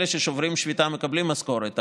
אלה ששוברים שביתה מקבלים משכורת,